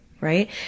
right